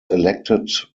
elected